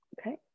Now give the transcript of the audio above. Okay